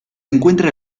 encuentra